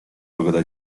pogoda